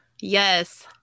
Yes